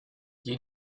you